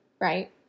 right